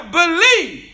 believe